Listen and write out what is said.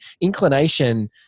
inclination